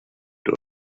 dug